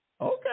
okay